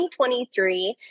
2023